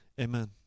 Amen